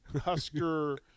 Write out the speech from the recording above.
Husker